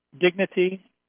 Dignity